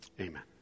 Amen